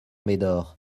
médor